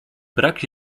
brak